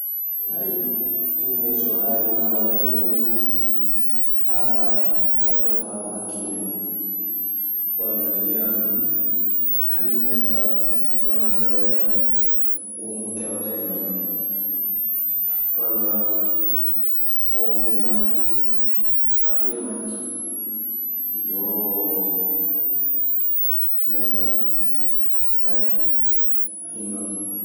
humɗe so hajema wala e mun tan, a wattanta ɗun hakille. Walla mbiyaa du a himmirtaa ɗun, so wanaa tawee kaa wonko keɓataa e majjun. Walla won huunde ma, haɓɓi e majjum, eyyo. Nden ka, ayya, a hinnoto.